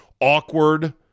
awkward